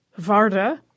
Varda